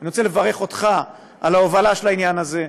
אני רוצה לברך אותך על ההובלה של העניין הזה.